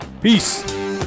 peace